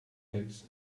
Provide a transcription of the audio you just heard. cakes